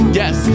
yes